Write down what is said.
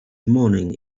morning